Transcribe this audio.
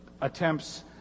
attempts